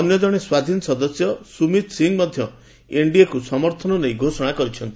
ଅନ୍ୟ କଣେ ସ୍ୱାଧୀନ ସଦସ୍ୟ ସୁମିତ୍ ସିଂହ ମଧ୍ୟ ଏନ୍ଡିଏକୁ ସମର୍ଥନ ନେଇ ଘୋଷଣା କରିଚ୍ଛନ୍ତି